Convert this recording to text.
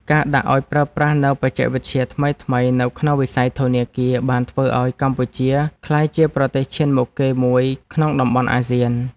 ការដាក់ឱ្យប្រើប្រាស់នូវបច្ចេកវិទ្យាថ្មីៗនៅក្នុងវិស័យធនាគារបានធ្វើឱ្យកម្ពុជាក្លាយជាប្រទេសឈានមុខគេមួយក្នុងតំបន់អាស៊ាន។